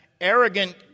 arrogant